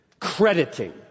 crediting